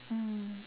mm